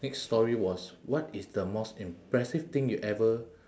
next story was what is the most impressive thing you ever